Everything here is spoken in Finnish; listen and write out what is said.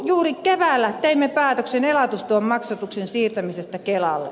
juuri keväällä teimme päätöksen elatustuen maksatuksen siirtämisestä kelalle